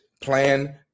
plan